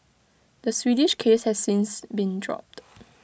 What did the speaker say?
the Swedish case has since been dropped